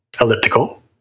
Elliptical